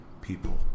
people